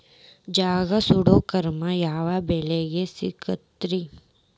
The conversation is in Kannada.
ಜಗಾ ಸುಡು ಕ್ರಮ ಯಾವ ಬೆಳಿಗೆ ಸೂಕ್ತ?